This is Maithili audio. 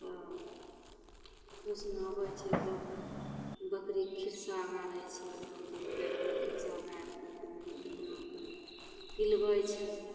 तब होशमे आबै छै तब बकरीके खिरसा गाड़ै छै गरम पानि करिके खिरसा गाड़िके तब पिलबै छै